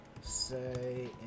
say